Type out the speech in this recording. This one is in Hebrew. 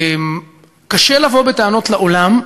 קשה לבוא בטענות לעולם,